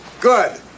Good